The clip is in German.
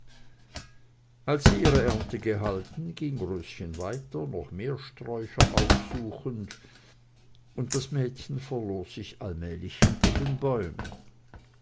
als sie ihre ernte gehalten ging röschen weiter noch mehr sträucher aufsuchend und das mädchen verlor sich allmählich hinter den bäumen